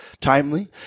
timely